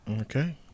Okay